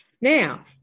Now